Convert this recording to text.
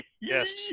Yes